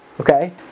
okay